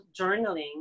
journaling